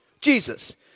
Jesus